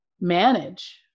manage